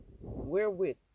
wherewith